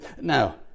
Now